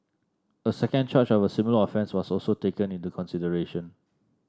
a second charge of a similar offence was also taken into consideration